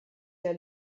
der